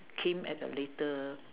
came at a later